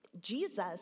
Jesus